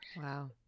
Wow